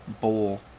bowl